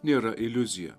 nėra iliuzija